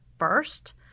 first